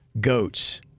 GOATs